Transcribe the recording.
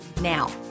Now